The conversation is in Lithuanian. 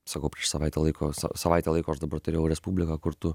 sakau prieš savaitę laiko savaitę laiko aš dabar turėjau respubliką kur tu